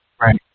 Right